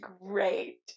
great